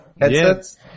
headsets